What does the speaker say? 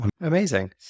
Amazing